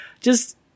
just-